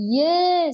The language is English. Yes